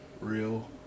Real